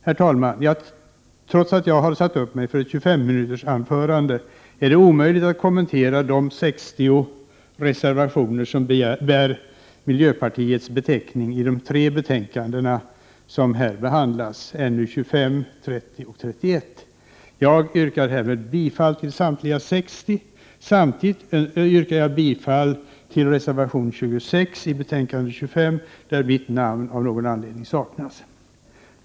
Herr talman, trots att jag satt upp mig för ett 25-minutersanförande är det omöjligt att kommentera de 60 reservationer som bär miljöpartiets beteckning i de tre betänkanden som här behandlas — NU25, NU30 och NU31. Jag yrkar härmed bifall till samtliga 60 reservationer, även till reservation nr 26 i betänkande NU2S, där mitt namn saknas.